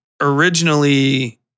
originally